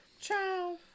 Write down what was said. Ciao